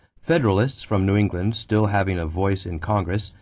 federalists from new england still having a voice in congress,